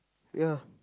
ya